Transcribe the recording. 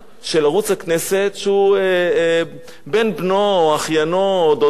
שהוא בן בנו או אחיינו או דודו של ערוץ-2.